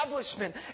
establishment